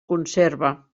conserva